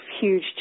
huge